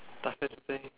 nothing to say